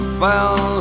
fell